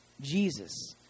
Jesus